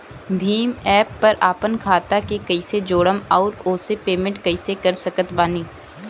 Bhim app पर आपन खाता के कईसे जोड़म आउर ओसे पेमेंट कईसे कर सकत बानी?